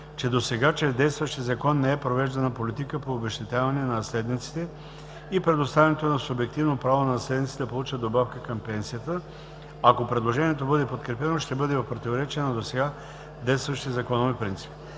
че досега чрез действащия Закон не е провеждана политика по обезщетяване на наследниците и предоставянето на субективно право на наследниците да получат добавка към пенсията, ако предложението бъде подкрепено, ще бъде в противоречие на досега действащите законови принципи.